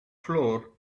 flour